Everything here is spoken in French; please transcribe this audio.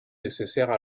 nécessaires